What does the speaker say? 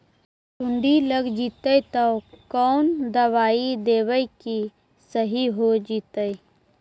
सुंडी लग जितै त कोन दबाइ देबै कि सही हो जितै?